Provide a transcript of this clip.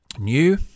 new